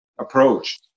approach